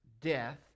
death